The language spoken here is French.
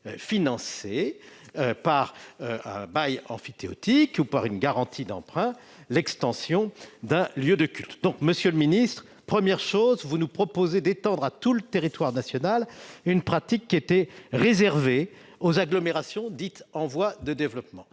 financer par un bail emphytéotique ou une garantie d'emprunt l'extension d'un lieu de culte. Monsieur le ministre, vous nous proposez donc d'étendre à tout le territoire national une pratique qui est aujourd'hui réservée aux agglomérations dites en voie de développement.